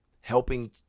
helping